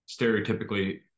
stereotypically